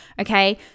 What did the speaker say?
okay